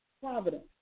Providence